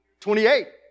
28